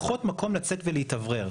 פחות מקום לצאת ולהתאוורר.